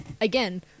again